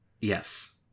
Yes